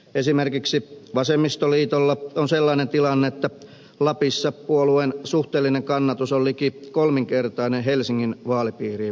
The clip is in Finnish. esimerkiksi vasemmistoliitolla on sellainen tilanne että lapissa puolueen suhteellinen kannatus on liki kolminkertainen helsingin vaalipiiriin verrattuna